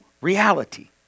reality